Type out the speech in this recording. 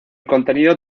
contenido